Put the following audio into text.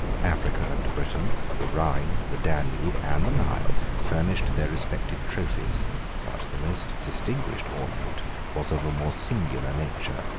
africa and britain, the rhine, the danube, and the nile, furnished their respective trophies but the most distinguished ornament was of a more singular nature,